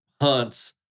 hunts